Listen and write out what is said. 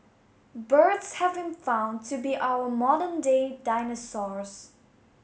birds have been found to be our modern day dinosaurs